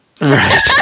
Right